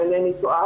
אם אינני טועה,